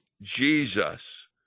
Jesus